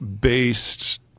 based